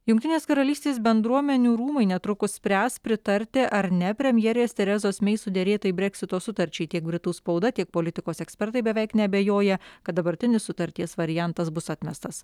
jungtinės karalystės bendruomenių rūmai netrukus spręs pritarti ar ne premjerės terezos mei suderėtai breksito sutarčiai tiek britų spauda tiek politikos ekspertai beveik neabejoja kad dabartinis sutarties variantas bus atmestas